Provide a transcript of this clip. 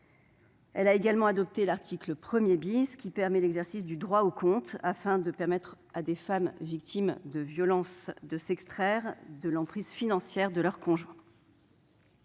Elle a également adopté l'article 1 , qui permet l'exercice du « droit au compte » afin de permettre à des femmes victimes de violences de s'extraire de l'emprise financière de leur conjoint.